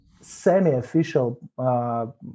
semi-official